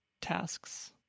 tasks